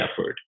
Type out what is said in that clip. effort